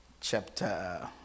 Chapter